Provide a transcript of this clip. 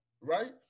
right